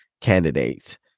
candidates